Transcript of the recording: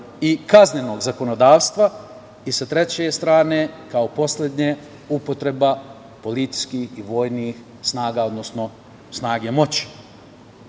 i kaznenog zakonodavstva i sa treće strane, kao poslednje, upotreba policijskih i vojnih snaga, odnosno snage moći. Traži